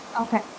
Okay